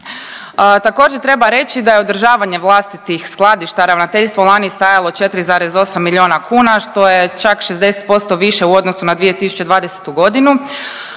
Također treba reći da je održavanje vlastitih skladišta ravnateljstvo lani stajalo 4,8 milijuna kuna što je čak 60% više u odnosu na 2020.g.,